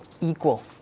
equal